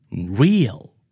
Real